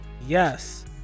yes